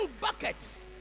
buckets